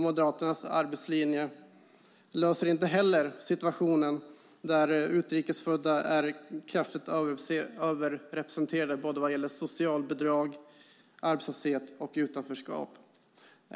Moderaternas arbetslinje löser inte heller situationen där utrikes födda är kraftigt överrepresenterade vad gäller såväl socialbidrag som arbetslöshet och utanförskap.